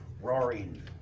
roaring